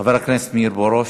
חבר הכנסת מאיר פרוש,